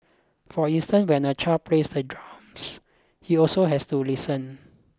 for instance when a child plays the drums he also has to listen